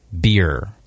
beer